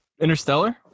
Interstellar